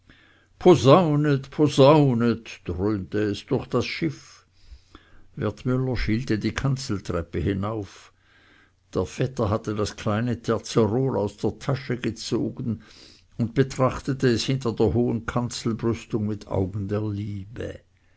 es durch das schiff wertmüller schielte die kanzeltreppe hinauf der vetter hatte das kleine terzerol aus der tasche gezogen und betrachtete es hinter der hohen kanzelbrüstung mit augen der liebe